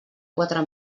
quatre